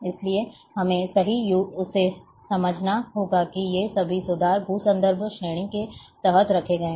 इसलिए हमें सही उसे समझना होगा की ये सभी सुधार भू संदर्भ श्रेणी के तहत रखे गए हैं